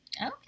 Okay